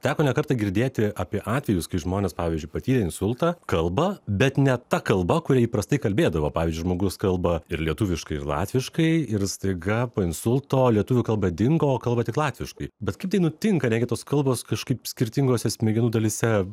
teko ne kartą girdėti apie atvejus kai žmonės pavyzdžiui patyrę insultą kalba bet ne ta kalba kuria įprastai kalbėdavo pavyzdžiui žmogus kalba ir lietuviškai ir latviškai ir staiga po insulto lietuvių kalba dingo o kalba tik latviškai bet kaip tai nutinka negi tos kalbos kažkaip skirtingose smegenų dalyse